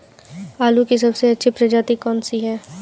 आलू की सबसे अच्छी प्रजाति कौन सी है?